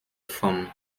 vom